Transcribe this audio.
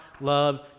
love